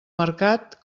mercat